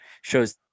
shows